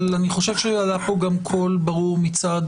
אבל אני חושב שעלה פה גם קול ברור מצד